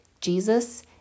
Jesus